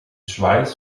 schweiß